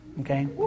okay